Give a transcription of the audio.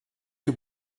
que